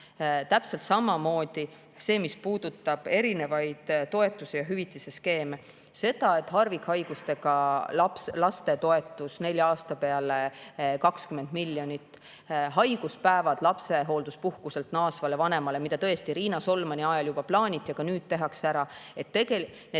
Täpselt samamoodi see, mis puudutab erinevaid toetuste ja hüvitiste skeeme: harvikhaigustega laste toetus nelja aasta peale 20 miljonit, haiguspäevad lapsehoolduspuhkuselt naasvale vanemale – seda tõesti Riina Solmani ajal plaaniti, aga nüüd tehakse see